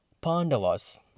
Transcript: Pandavas